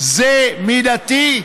זה מידתי?